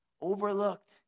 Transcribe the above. overlooked